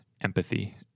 empathy